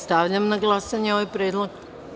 Stavljam na glasanje ovaj predlog.